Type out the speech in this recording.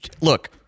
Look